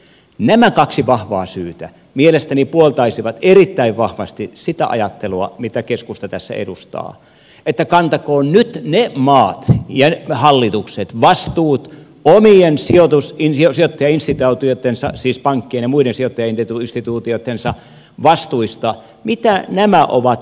nämä kaksi vahvaa syytä mielestäni puoltaisivat erittäin vahvasti sitä ajattelua mitä keskusta tässä edustaa että kantakoot nyt ne maat ja hallitukset vastuun omien sijoituskin sijaisia tee sitä työtä sijoittajainstituutioittensa siis pankkien ja muiden sijoittajainstituutioittensa vastuista mitä nämä ovat ottaneet